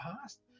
past